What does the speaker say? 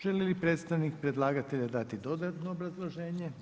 Želi li predstavnik predlagatelj dati dodatno obrazloženje?